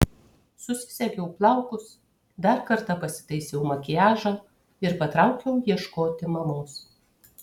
susisegiau plaukus dar kartą pasitaisiau makiažą ir patraukiau ieškoti mamos